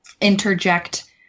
interject